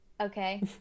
Okay